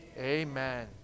amen